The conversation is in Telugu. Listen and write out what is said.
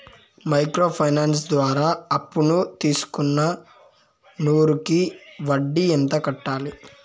మైక్రో ఫైనాన్స్ ద్వారా అప్పును తీసుకున్న నూరు కి వడ్డీ ఎంత కట్టాలి?